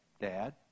Dad